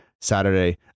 Saturday